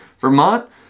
Vermont